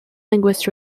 linguists